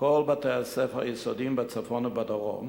כל בתי-הספר היסודיים בצפון ובדרום,